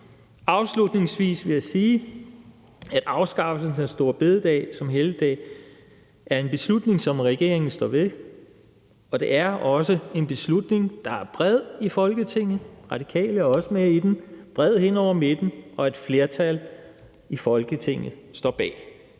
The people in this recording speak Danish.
Afslutningsvis vil jeg sige, at afskaffelsen af store bededag som helligdag er en beslutning, som regeringen står ved, og det er også en beslutning, der er bred i Folketinget hen over midten. Radikale er også med i den. Et flertal i Folketinget står bag.